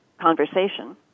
conversation